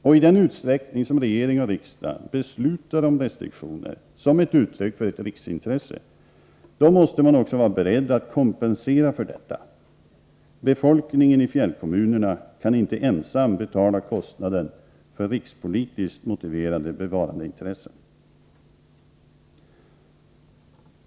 I den utsträckning som regering och riksdag beslutar om restriktioner som ett uttryck för ett riksintresse, måste man också vara beredd att kompensera för detta. Befolkningen i fjällkommunerna kan inte ensam betala kostnaden för rikspolitiskt motiverade bevarandeintressen.